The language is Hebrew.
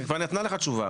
היא כבר נתנה לך תשובה.